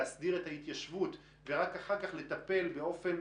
להסדיר את ההתיישבות ורק אחר כך לטפל באופן